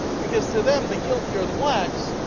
because to them the guilty are the blacks.